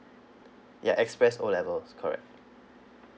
ya express O levels correct